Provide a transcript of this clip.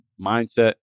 mindset